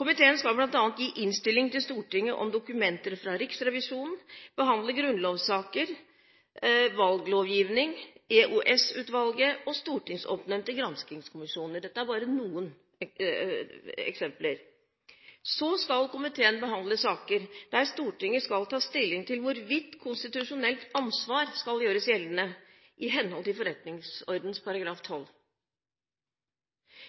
Komiteen skal bl.a. gi innstilling til Stortinget om dokumenter fra Riksrevisjonen, behandle grunnlovssaker, valglovgivning, EOS-utvalget og stortingsoppnevnte granskingskommisjoner. Dette er bare noen eksempler. Så skal komiteen behandle saker der Stortinget skal ta stilling til hvorvidt konstitusjonelt ansvar skal gjøres gjeldende, i henhold til forretningsordenens § 12.